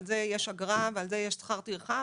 על זה יש אגרה ועל זה יש שכר טרחה,